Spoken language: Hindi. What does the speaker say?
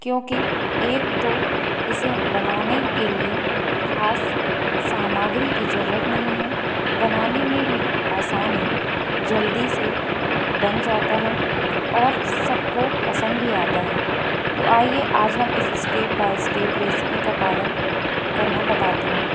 क्योंकि एक तो इसे बनाने के लिए खास सामग्री की जरूरत नहीं है बनाने में भी आसान है जल्दी से बन जाता है और सबको पसंद भी आता है तो आइये आज हम इस स्टेप बाय स्टेप रेसिपी का पालन करना बताती हूँ